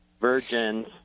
virgins